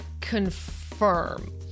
confirm